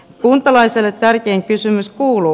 kuntalaiselle tärkein kysymys kuuluu